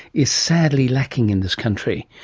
is sadly lacking in this country.